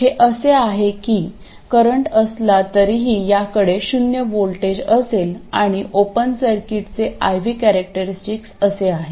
हे असे आहे की करंट असला तरीही याकडे शून्य व्होल्टेज असेल आणि ओपन सर्किटचे I V कॅरेक्टरिस्टिक असे आहे